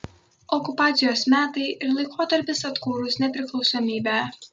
okupacijos metai ir laikotarpis atkūrus nepriklausomybę